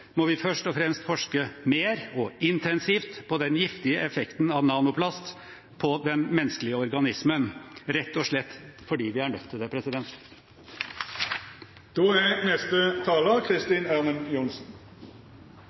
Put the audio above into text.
må vi først og fremst forske mer og intensivt på den giftige effekten av nanoplast på den menneskelige organismen – rett og slett fordi vi er nødt til det.